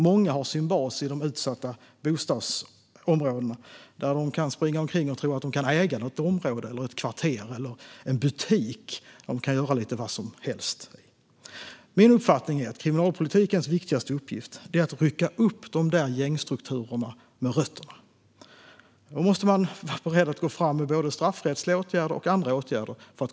Många har sin bas i de utsatta bostadsområdena, där de kan springa omkring och tro att de kan äga ett område, ett kvarter eller en butik. De kan göra lite vad som helst. Min uppfattning är att kriminalpolitikens viktigaste uppgift är att rycka upp de där gängstrukturerna med rötterna. För att komma åt den typen av kriminalitet måste man vara beredd att gå fram med både straffrättsliga åtgärder och andra åtgärder.